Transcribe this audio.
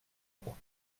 pour